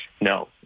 No